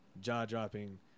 jaw-dropping